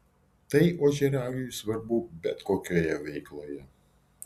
tai ožiaragiui svarbu bet kokioje veikloje